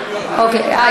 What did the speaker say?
אה,